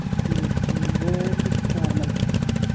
ٹھیٖک ٹھیٖک گوٚو سُہ تہِ چھُ نارملٕے